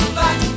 back